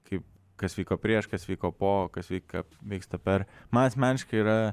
kaip kas vyko prieš kas vyko po kas vyksta per man asmeniškai yra